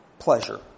pleasure